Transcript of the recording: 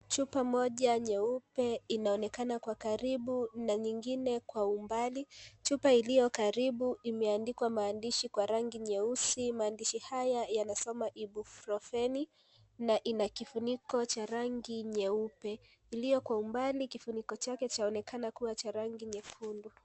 Chupa moja nyeupe inaonekana kwa karibu na nyingine kwa umbali, chupa iliyokaribu imeandikwa maandishi kwa rangi nyeusi maandishi haya yanasoma ibrufeni , na ina kifuniko cha rangi nyeupe, iliyo kwa mbali kifuniko chake kinaonekana kuwa cha rangi nyekundu.